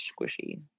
squishy